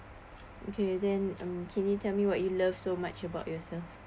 okay then uh can you tell me what you love so much about yourself